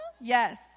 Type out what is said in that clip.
Yes